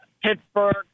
Pittsburgh